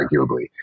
arguably